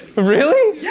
really!